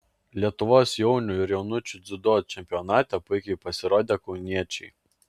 lietuvos jaunių ir jaunučių dziudo čempionate puikiai pasirodė kauniečiai